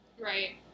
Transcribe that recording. Right